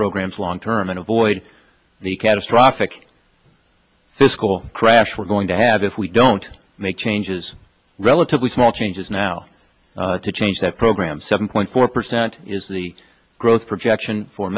programs long term and avoid the catastrophic fiscal crash we're going to have if we don't make changes relatively small changes now to change that program seven point four percent is the growth projection for